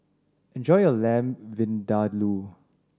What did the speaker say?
enjoy your Lamb Vindaloo